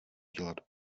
dělat